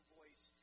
voice